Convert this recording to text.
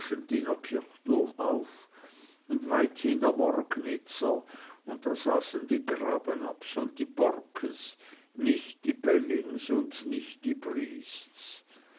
kirchturm auf und weithin der morgenitzer und da saßen die grasenabbs und die borckes nicht die bellings und nicht die briests